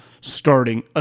starting